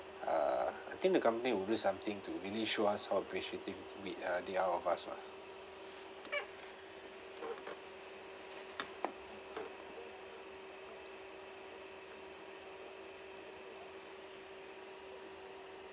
uh I think the company will do something to really show us how appreciative we uh they are of us lah